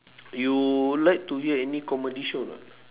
you like to hear any comedy show or not